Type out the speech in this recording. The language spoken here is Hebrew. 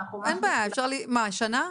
אין בעיה, מה שנה?